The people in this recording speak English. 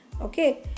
Okay